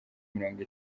mirongo